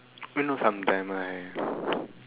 you know sometimes right